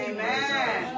Amen